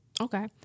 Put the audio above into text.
Okay